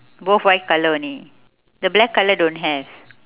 both white colour only the black colour don't have